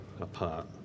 apart